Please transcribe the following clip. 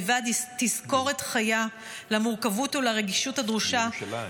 והיווה תזכורת חיה למורכבות ולרגישות הדרושה -- בירושלים.